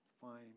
fine